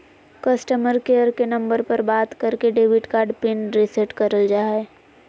customer care के number पर बात करके डेबिट कार्ड पिन रीसेट करल जा हय